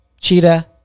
cheetah